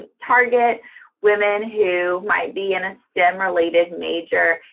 and target women who might be in a stem-related major,